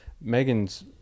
Megan's